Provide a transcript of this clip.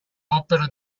opera